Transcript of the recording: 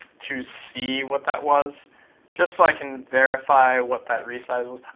to see what that was just so i can verify what that resize was.